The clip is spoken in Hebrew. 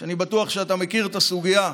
אני בטוח שאתה מכיר את הסוגיה,